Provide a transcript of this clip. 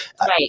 Right